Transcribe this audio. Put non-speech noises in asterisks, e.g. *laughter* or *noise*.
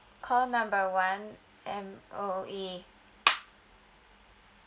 call number one M_O_E *noise*